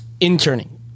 interning